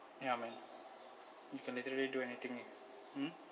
ya man you can literally do anything mm